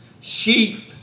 Sheep